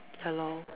ya lor